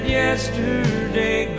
yesterday